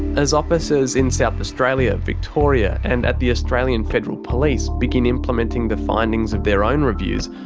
as officers in south australia, victoria and at the australian federal police begin implementing the findings of their own reviews,